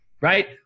right